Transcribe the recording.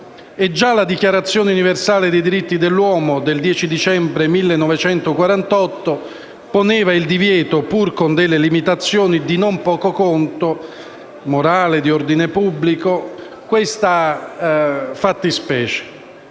Già la Dichiarazione universale dei diritti dell'uomo del 10 dicembre 1948 poneva il divieto, pur con delle limitazioni di non poco conto (morale, di ordine pubblico) a questa fattispecie.